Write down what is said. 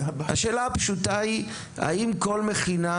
השאלה הפשוטה היא: האם כל מכינה,